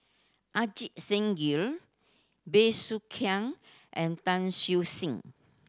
Ajit Singh Gill Bey Soo Khiang and Tan Siew Sin